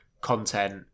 content